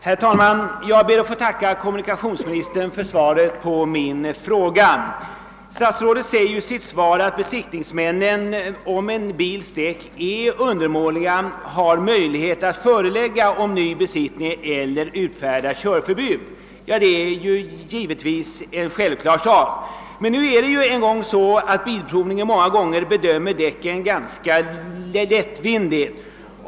Herr talman! Jag ber att få tacka kommunikationsministern för svaret på min fråga. Statsrådet säger i sitt svar, att besiktningsmännen — om en bils däck är undermåliga — har möjlighet att förelägga ny besiktning eller utfärda körförbud. Detta är givetvis en självklar sak. Men nu är det en gång så, att bilprovningen många gånger bedömer däcken ganska lättvindigt.